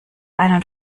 einen